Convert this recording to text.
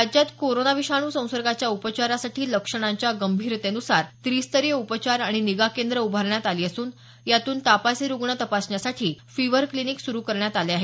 राज्यात कोरोना विषाणू संसर्गाच्या उपचारासाठी लक्षणांच्या गंभीरतेनुसार त्रिस्तरीय उपचार आणि निगा केंद्रं उभारण्यात आली असून यातून तापाचे रुग्ण तपासण्यासाठी फिव्हर क्लिनिक सुरु आहेत